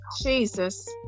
Jesus